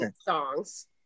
songs